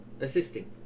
assisting